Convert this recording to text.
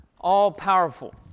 All-powerful